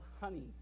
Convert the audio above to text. honey